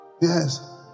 Yes